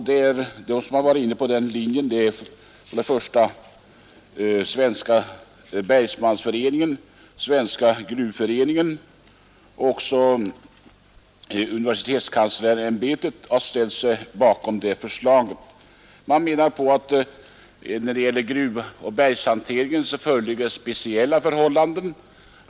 De som varit inne på den linjen är Svenska bergsmannaföreningen och Svenska gruvföreningen, och universitetskanslersämbetet har ställt sig bakom detta förslag. Man menar att det föreligger speciella förhållanden när det gäller gruvoch bergshanteringen.